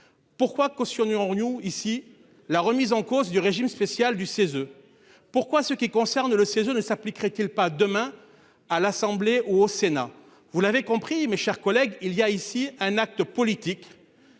Pourquoi cautionner nous ici la remise en cause du régime spécial du CESE. Pourquoi ce qui concerne le 16 ne s'appliquerait qu'ils pas demain à l'Assemblée ou au Sénat, vous l'avez compris, mes chers collègues. Il y a ici un acte politique.